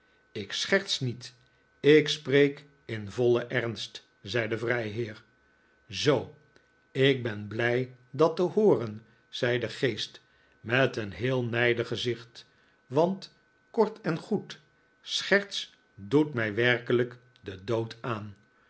ik scherts niet ik spreek in vollen ernst zei de vrijheer zoo ik ben blij dat te hooren zei de geest met een heel nijdig gezicht want kort en goed scherts doet mij werkelijk den dpod aan